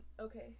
Okay